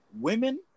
women